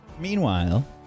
Meanwhile